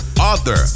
author